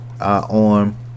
on